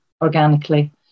organically